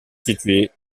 située